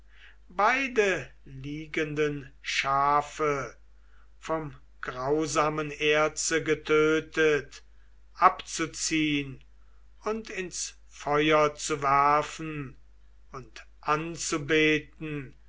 beide liegenden schafe vom grausamen erze getötet abzuziehn und ins feuer zu werfen und anzubeten